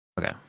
Okay